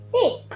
Hey